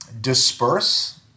disperse